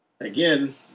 Again